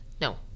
No